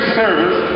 service